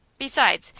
besides,